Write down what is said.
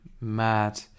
mad